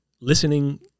listening